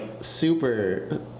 super